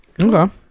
Okay